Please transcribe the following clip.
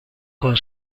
con